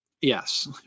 Yes